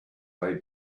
they